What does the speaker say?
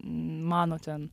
mano ten